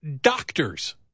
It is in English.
doctors